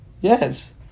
Yes